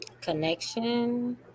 connection